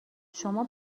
شما